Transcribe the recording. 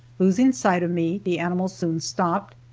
losing sight of me the animal soon stopped,